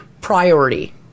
priority